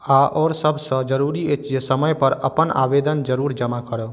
आओर सभसँ जरूरी अछि जे समयपर अपन आवेदन जरूर जमा कराउ